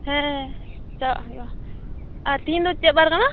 ᱦᱮᱸ ᱪᱟᱞᱟᱜ ᱦᱩᱭᱩᱜᱼᱟ ᱟᱨ ᱛᱤᱦᱤᱧ ᱫᱚ ᱪᱮᱫ ᱵᱟᱨ ᱠᱟᱱᱟ